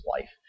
life